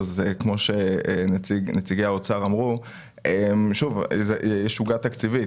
כמו שאמרו נציגי האוצר, יש עוגה תקציבית.